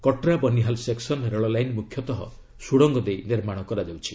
Katra Banihal section ରେଳ line ମୁଖ୍ୟତଃ ସୁଡ଼ଙ୍ଗ ଦେଇ ନିର୍ମାଣ କରାଯାଉଛି